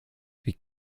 wie